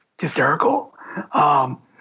hysterical